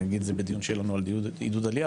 אני אגיד את זה בדיון של עידוד עלייה,